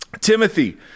Timothy